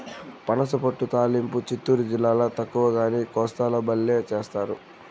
పనసపొట్టు తాలింపు చిత్తూరు జిల్లాల తక్కువగానీ, కోస్తాల బల్లే చేస్తారు